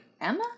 Emma